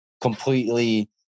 completely